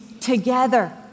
together